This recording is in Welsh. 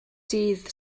dydd